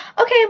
okay